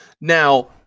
Now